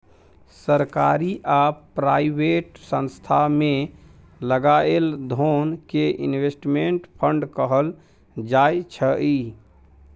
सरकारी आ प्राइवेट संस्थान मे लगाएल धोन कें इनवेस्टमेंट फंड कहल जाय छइ